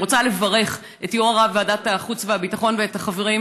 אני רוצה לברך את יו"ר ועדת החוץ והביטחון ואת החברים,